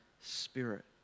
spirit